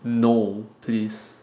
no please